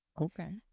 okay